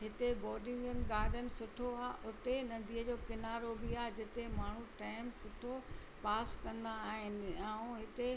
हिते बोटिंगन गाडन सुठो आहे उते नदीअ जो किनारो बि आहे जिथे माण्हू टाइम सुठो पास कंदा आहिनि ऐं हिते